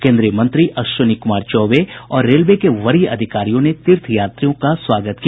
केन्द्रीय मंत्री अश्विनी कुमार चौबे और रेलवे के वरीय अधिकारियों ने तीर्थ यात्रियों का स्वागत किया